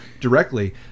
directly